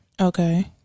Okay